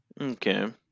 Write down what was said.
Okay